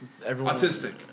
Autistic